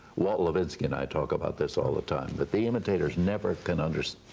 walk levinsky and i talk about this all the time, but the imitators never can understand,